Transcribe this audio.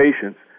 patients